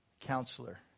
counselor